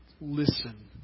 listen